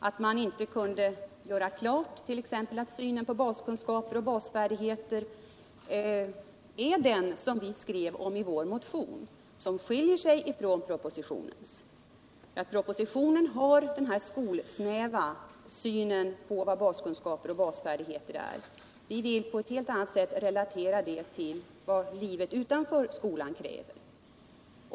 Där hade man kunnat göra klart all synen på baskunskaper och basfärdigheter är densamma som vi gav uttryck för i vår motion och som skiljer sig från propositionens syn. Propositionen har samma skolsnäva syn på vud baskunskaper och basfärdigheter är. Vi vill på ett helt annat sätt retatera dem till vad livet utanför skolan kräver.